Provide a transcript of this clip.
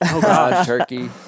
turkey